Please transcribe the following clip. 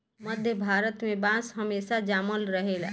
मध्य भारत में बांस हमेशा जामत रहेला